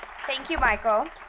thank you, michael.